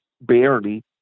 barely